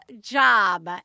job